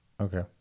Okay